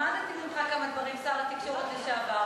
למדתי ממך כמה דברים, שר התקשורת לשעבר.